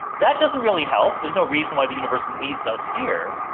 that doesn't really help, there's no reason why the universe needs us here.